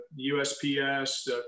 USPS